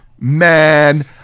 Man